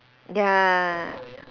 ya